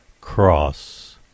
Cross